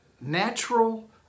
Natural